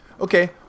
okay